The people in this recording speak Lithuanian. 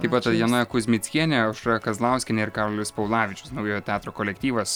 taip pat tatjana kuzmickienė aušra kazlauskienė ir karolis paulavičius naujojo teatro kolektyvas